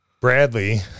Bradley